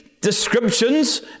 descriptions